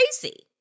crazy